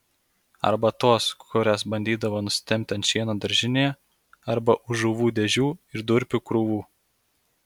arba tos kurias bandydavo nusitempti ant šieno daržinėje arba už žuvų dėžių ir durpių krūvų